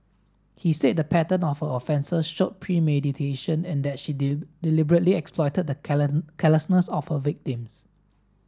he said the pattern of her offences showed premeditation in that she deliberately exploited the carelessness of her victims